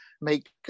make